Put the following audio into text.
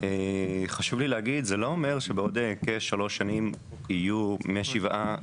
חשוב לי להגיד שזה לא אומר שבעוד כשלוש שנים יהיו משבעה,